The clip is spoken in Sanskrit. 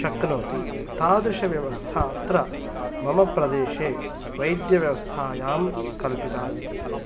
शक्नोति तादृशव्यवस्था अत्र मम प्रदेशे वैद्यव्यवस्थायां कल्पिता विद्यते